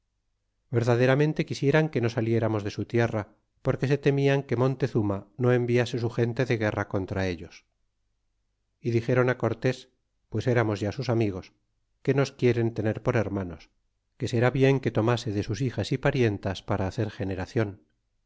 verdaderamente quisieran que no saliéramos de su tierra porque se temían que montezuma no enviase su gente de guerra contra ellos y dixeron á cortés pues eramos ya sus amigos que nos quieren tener por hermanos queserá bien que tomase de sus hijas é parientas para hacer